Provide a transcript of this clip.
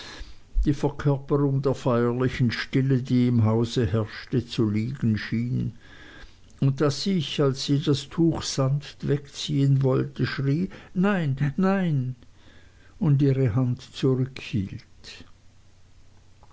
die verkörperung der feierlichen stille die im hause herrschte zu liegen schien und daß ich als sie das tuch sanft wegziehen wollte schrie nein nein und ihre hand